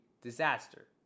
disaster